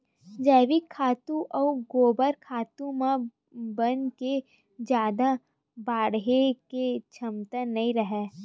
जइविक खातू अउ गोबर खातू म बन के जादा बाड़हे के छमता नइ राहय